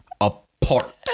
apart